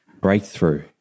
Breakthrough